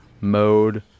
mode